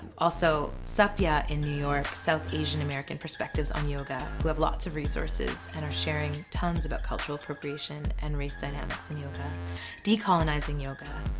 also saapya in new york, south asian american perspectives on yoga, who have lots of resources and are sharing tonnes about cultural appropriation and race dynamics in yoga decolonizing yoga